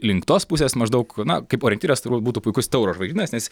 link tos pusės maždaug na kaip orientyras turbūt būtų puikus tauro žvaigždynas nes